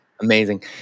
Amazing